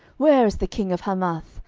where is the king of hamath,